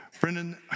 Brendan